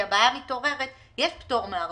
יש פטור מארנונה,